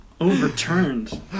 Overturned